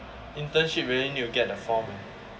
internship then you'll need to get the four